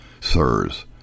Sirs